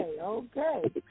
okay